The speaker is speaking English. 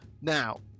Now